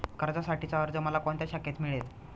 कर्जासाठीचा अर्ज मला कोणत्या शाखेत मिळेल?